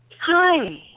Hi